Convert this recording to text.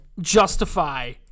justify